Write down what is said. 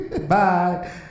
Bye